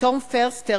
תום פרסטר